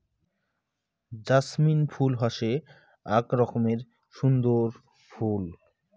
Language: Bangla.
জাছমিন ফুল হসে আক রকমের সুন্দর ফুল